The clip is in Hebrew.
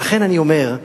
ולכן אני אומר,